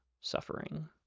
suffering